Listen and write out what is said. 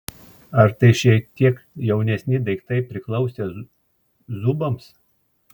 ar tai šiek tiek jaunesni daiktai priklausę zubams